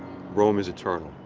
rome is eternal.